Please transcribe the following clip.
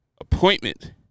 appointment